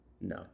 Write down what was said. No